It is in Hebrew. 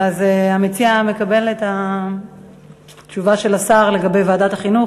המציע מקבל את התשובה של השר לגבי ועדת החינוך,